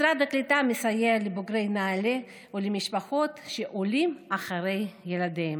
משרד הקליטה מסייע לבוגרי נעל"ה ולמשפחות שעולות אחרי ילדיהן.